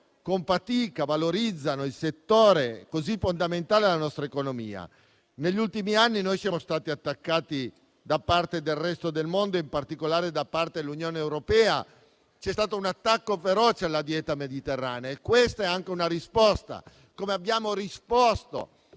con fatica e valorizzano un settore così fondamentale della nostra economia. Negli ultimi anni siamo stati attaccati da parte del resto del mondo, in particolare da parte dell'Unione europea. C'è stato un attacco feroce alla dieta mediterranea e questa è anche una risposta; così come abbiamo risposto